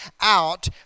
out